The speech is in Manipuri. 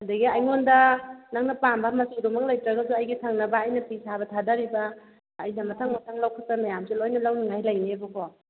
ꯑꯗꯒꯤ ꯑꯩꯉꯣꯟꯗ ꯅꯪꯅ ꯄꯥꯝꯕ ꯃꯆꯨꯗꯨꯃꯛ ꯂꯩꯇ꯭ꯔꯒꯁꯨ ꯑꯩꯒꯤ ꯊꯪꯅꯕ ꯑꯩꯅ ꯐꯤ ꯁꯥꯕ ꯊꯥꯗꯔꯤꯕ ꯑꯩꯅ ꯃꯊꯪ ꯃꯊꯪ ꯂꯧꯈꯠꯄ ꯃꯌꯥꯝꯁꯦ ꯂꯣꯏꯅ ꯂꯧꯅꯤꯉꯥꯏ ꯂꯩꯅꯦꯕꯀꯣ